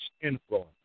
influence